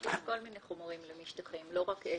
יש כל מיני חומרים למשטחים, לא רק עץ.